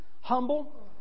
humble